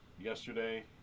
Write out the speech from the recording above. yesterday